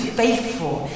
faithful